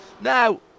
Now